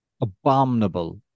abominable